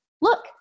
Look